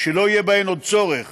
כשלא יהיה בהן עוד צורך